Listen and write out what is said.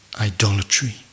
idolatry